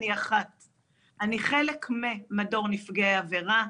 אני חלק ממדור נפגעי עבירה.